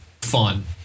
fun